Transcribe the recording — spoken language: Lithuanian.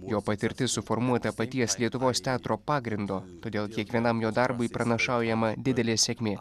jo patirtis suformuota paties lietuvos teatro pagrindo todėl kiekvienam jo darbui pranašaujama didelė sėkmė